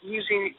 using